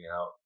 out